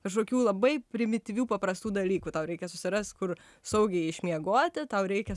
kažkokių labai primityvių paprastų dalykų tau reikia susirast kur saugiai išmiegoti tau reikia